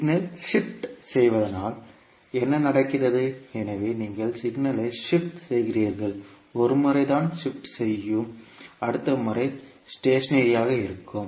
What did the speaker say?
signal shift செய்வதனால் என்ன நடக்கிறது எனவே நீங்கள் சிக்னலை ஷிப் செய்கிறீர்கள் ஒரு முறை தான் ஷிப்ட் செய்யும் அடுத்த முறை ஸ்டேஷனரி ஆக இருக்கும்